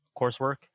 coursework